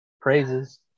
praises